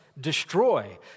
destroy